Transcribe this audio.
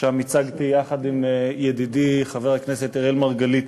שם ייצגתי יחד עם ידידי חבר הכנסת אראל מרגלית